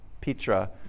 Petra